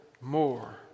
more